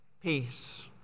Peace